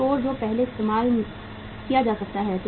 store जो पहले इस्तेमाल किया जा सकता है